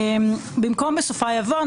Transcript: בסופה יבוא: